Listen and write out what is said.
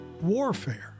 warfare